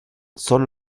son